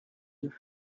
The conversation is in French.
deux